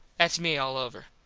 thats me all over.